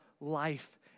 life